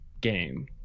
game